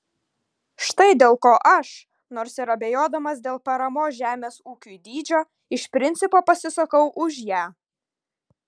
štai dėl ko aš nors ir abejodamas dėl paramos žemės ūkiui dydžio iš principo pasisakau už ją